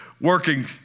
working